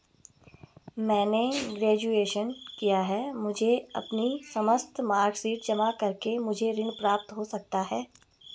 मैंने ग्रेजुएशन किया है मुझे अपनी समस्त मार्कशीट जमा करके मुझे ऋण प्राप्त हो सकता है?